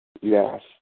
Yes